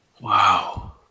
Wow